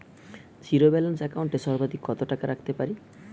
Zero balance account এ সর্বাধিক কত টাকা রাখতে পারি?